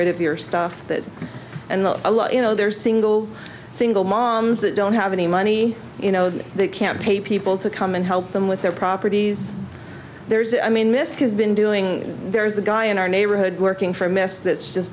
rid of your stuff and you know they're single single moms that don't have any money you know that they can't pay people to come and help them with their properties there's i mean misc has been doing there's a guy in our neighborhood working for a mess that's just